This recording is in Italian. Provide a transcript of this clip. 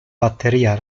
batteria